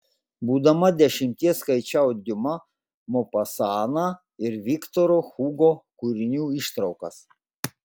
būdama dešimties skaičiau diuma mopasaną ir viktoro hugo kūrinių ištraukas